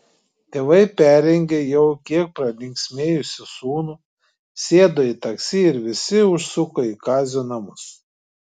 tėvai perrengė jau kiek pralinksmėjusį sūnų sėdo į taksi ir visi užsuko į kazio namus